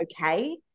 okay